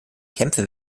kämpfe